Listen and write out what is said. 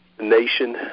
nation